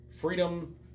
Freedom